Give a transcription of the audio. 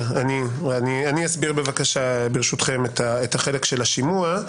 אני אסביר בבקשה ברשותכם את החלק של השימוע.